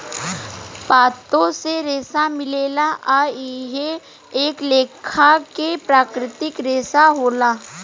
पातो से रेसा मिलेला आ इहो एक लेखा के प्राकृतिक रेसा होला